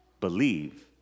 believe